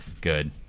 Good